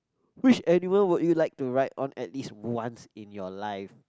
which animal would you like to ride on at least once in your life